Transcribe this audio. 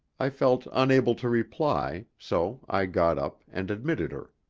i felt unable to reply, so i got up and admitted her.